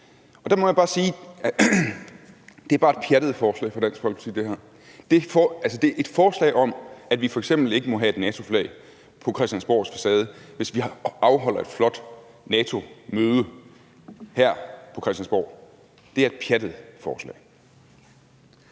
Der må jeg bare sige: Det her er bare er et pjattet forslag fra Dansk Folkeparti. Det er et forslag om, at vi f.eks. ikke må have et NATO-flag på Christiansborgs facade, hvis vi afholder et flot NATO-møde her på Christiansborg. Det er et pjattet forslag.